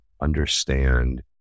understand